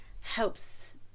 Helps